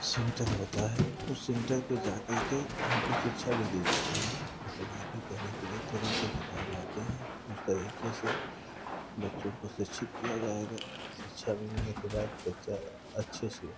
centre होता है उस सेंटर पर जा करके हमको शिक्षा भी दी जाती है फोटोग्राफी करने के लिए तरीके बताए जाते हैं उस तरीके से बच्चों को शिक्षित किया जाएगा शिक्षा मिलने के बाद बच्चा अच्छे से